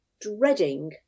dreading